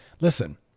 Listen